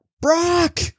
Brock